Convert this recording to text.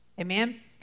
Amen